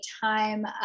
time